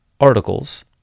articles